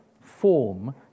form